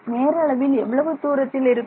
நேர அளவில் எவ்வளவு தூரத்தில் இருக்கும்